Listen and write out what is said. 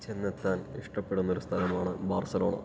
ചെന്നെത്താൻ ഇഷ്ടപ്പെടുന്ന ഒരു സ്ഥലമാണ് ബാർസലോണ